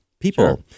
people